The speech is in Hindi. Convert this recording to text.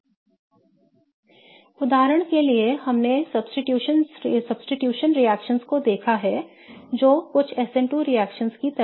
इसलिए उदाहरण के लिए हमने प्रतिस्थापन रिएक्शनओं को देखा है कुछ SN2 रिएक्शन की तरह